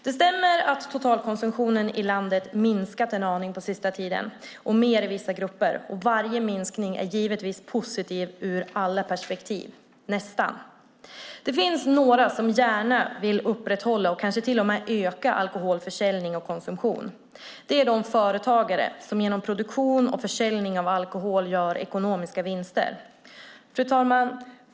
Det stämmer att totalkonsumtionen i landet minskat en aning på sista tiden och mer i vissa grupper. Varje minskning är givetvis positiv ur alla perspektiv - nästan. Det finns några som gärna vill upprätthålla och kanske till och med öka alkoholförsäljning och konsumtion. Det är de företagare som genom produktion och försäljning av alkohol gör ekonomiska vinster. Fru talman!